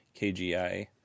KGI